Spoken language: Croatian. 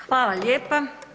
Hvala lijepa.